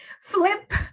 flip